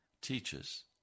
teaches